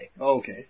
Okay